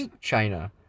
China